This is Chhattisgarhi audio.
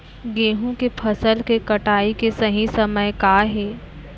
गेहूँ के फसल के कटाई के सही समय का हे?